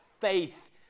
faith